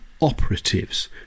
operatives